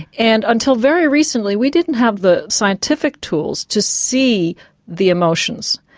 and until very recently we didn't have the scientific tools to see the emotions.